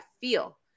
feel